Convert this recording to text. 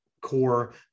core